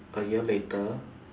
a year later